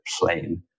plane